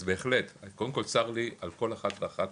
אז בהחלט, קודם כל, צר לי על כל אחת ואחת